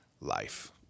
life